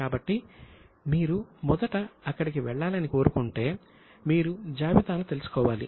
కాబట్టి మీరు మొదట అక్కడికి వెళ్లాలని కోరుకుంటే మీరు ఆ జాబితాను తెలుసుకోవాలి